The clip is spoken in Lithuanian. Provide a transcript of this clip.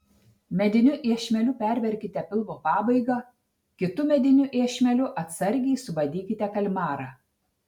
mediniu iešmeliu perverkite pilvo pabaigą kitu mediniu iešmeliu atsargiai subadykite kalmarą